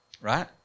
Right